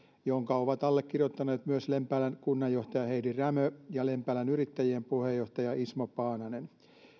jonka ovat allekirjoittaneet myös lempäälän kunnanjohtaja heidi rämö ja lempäälän yrittäjien puheenjohtaja ismo paananen